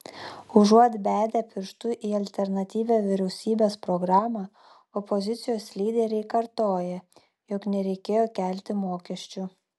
užuot bedę pirštu į alternatyvią vyriausybės programą opozicijos lyderiai kartoja jog nereikėjo kelti mokesčių